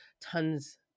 tons